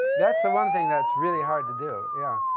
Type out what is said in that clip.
that's the one thing that's really hard to do, yeah,